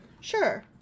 sure